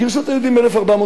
גירשו את היהודים ב-1492,